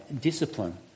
discipline